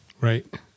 Right